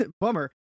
bummer